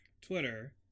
Twitter